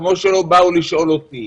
כמו שאף אחד לא בא לשאול אותי.